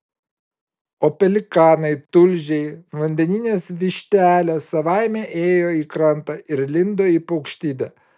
o pelikanai tulžiai vandeninės vištelės savaime ėjo į krantą ir lindo į paukštidę